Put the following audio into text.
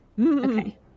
okay